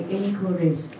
encourage